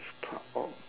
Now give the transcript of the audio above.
part of